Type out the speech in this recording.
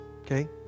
okay